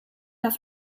auf